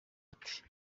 ati